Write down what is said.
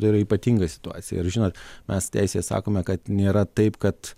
tai yra ypatinga situacija ir žinot mes teisėj sakome kad nėra taip kad